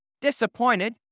disappointed